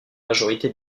majorité